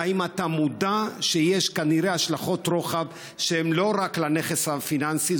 כרגע: האם אתה מודע שיש כנראה השלכות רוחב שהן לא רק לנכס הפיננסי,